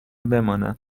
بمانم